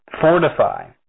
fortify